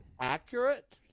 accurate